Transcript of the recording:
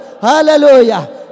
Hallelujah